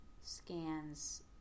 scans